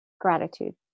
gratitude